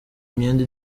imyenda